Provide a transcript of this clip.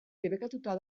debekatuta